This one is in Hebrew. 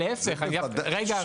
להיפך --- בוודאי --- רגע,